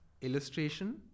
illustration